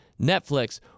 Netflix